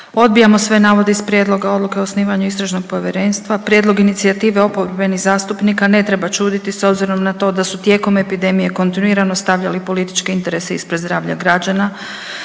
Odbijamo sve navode iz prijedloga odluke o osnivanju istražnog povjerenstva. Prijedlog inicijative oporbenih zastupnika ne treba čuditi s obzirom na to da su tijekom epidemije kontinuirano stavljali političke interese ispred zdravlja građana